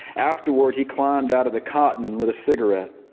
afterwards he climbed out of the cotton and lit a cigarette.